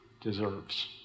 deserves